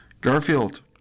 Garfield